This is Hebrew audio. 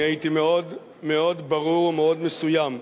אני הייתי מאוד מאוד ברור ומאוד מסוים.